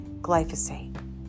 glyphosate